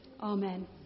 amen